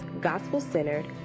gospel-centered